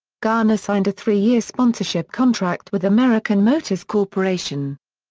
garner signed a three-year sponsorship contract with american motors corporation.